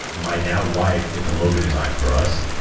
my now wife did the logo design for us.